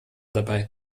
dabei